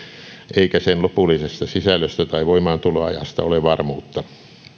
eikä sen lopullisesta sisällöstä tai voimaantuloajasta ole varmuutta